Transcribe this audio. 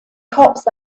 cops